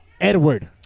edward